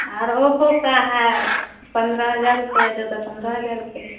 और ओप्पो का है पंद्रह हज़ार रुपया चौदह पंद्रह हज़ार रुपया